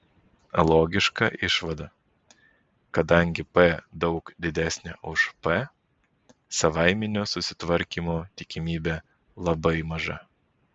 logiška išvada kadangi p daug didesnė už p savaiminio susitvarkymo tikimybė labai maža